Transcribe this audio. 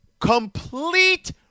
complete